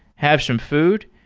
have some food,